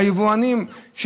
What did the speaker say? היבואנים,